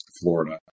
Florida